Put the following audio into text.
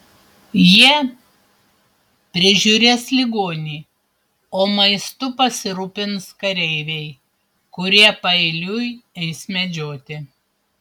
jie prižiūrės ligonį o maistu pasirūpins kareiviai kurie paeiliui eis medžioti